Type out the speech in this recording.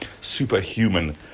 superhuman